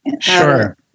sure